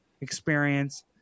experience